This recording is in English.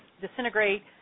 disintegrate